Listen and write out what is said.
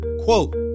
Quote